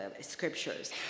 scriptures